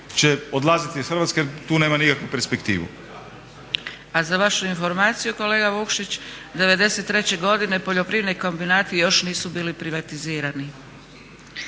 će odlaziti iz Hrvatske jer tu nemaju nikakvu perspektivu. **Zgrebec, Dragica (SDP)** A za vašu informaciju kolega Vukšić '93.godine poljoprivredni kombinati još nisu bili privatizirani.